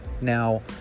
Now